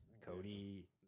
Cody